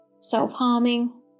self-harming